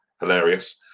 hilarious